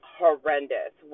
horrendous